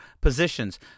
positions